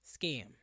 Scam